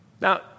Now